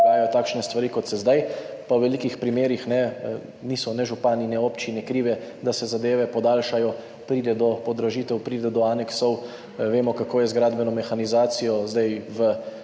takšne stvari, kot se zdaj, pa v veliko primerih niso ne župani ne občine krive, da se zadeve podaljšajo, pride do podražitev, pride do aneksov, vemo, kako je z gradbeno mehanizacijo zdaj v